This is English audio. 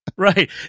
Right